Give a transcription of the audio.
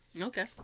Okay